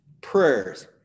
prayers